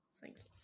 thanks